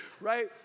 Right